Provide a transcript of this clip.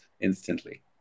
instantly